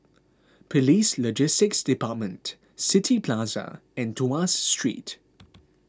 Police Logistics Department City Plaza and Tuas Street